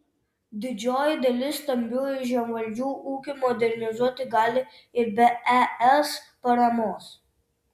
didžioji dalis stambiųjų žemvaldžių ūkį modernizuoti gali ir be es paramos